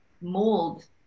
mold